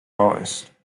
artist